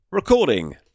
Recording